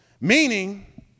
Meaning